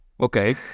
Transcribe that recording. Okay